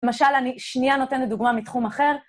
למשל, אני שנייה נותנת דוגמה מתחום אחר.